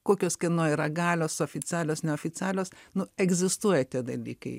kokios kieno yra galios oficialios neoficialios nu egzistuoja tie dalykai